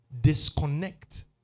disconnect